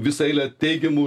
visą eilę teigiamų